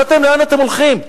אבל אתם, לאן אתם הולכים?